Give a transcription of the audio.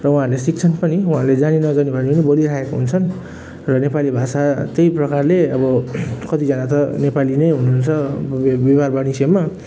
र उहाँहरूले सिक्छन् पनि उहाँहरूले जानी नजानी भए पनि बोली रहेको हुन्छ र नेपाली भाषा त्यही प्रकारले अब कतिजना त नेपाली नै हुनुहुन्छ व्यापार वाणिज्यमा